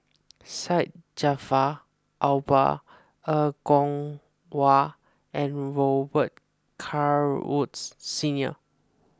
Syed Jaafar Albar Er Kwong Wah and Robet Carr Woods Senior